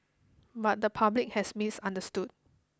but the public has misunderstood